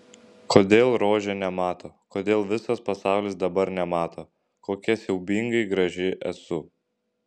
kodėl rožė nemato kodėl visas pasaulis dabar nemato kokia siaubingai graži esu